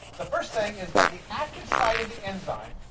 the first thing is that the active site of the enzyme